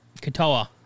Katoa